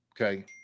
Okay